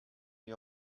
you